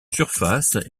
surface